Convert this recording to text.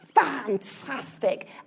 fantastic